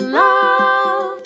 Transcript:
love